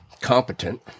competent